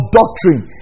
doctrine